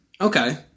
Okay